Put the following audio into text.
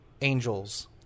angels